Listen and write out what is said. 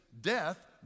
death